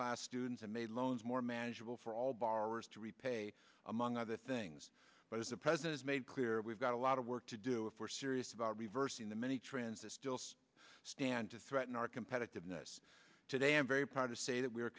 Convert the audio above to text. class students and made loans more manageable for all borrowers to repay among other things but as the president made clear we've got a lot of work to do if we're serious about reversing the many trends this deals stand to threaten our competitiveness today i'm very proud to say that we are